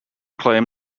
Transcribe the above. claim